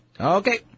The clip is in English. Okay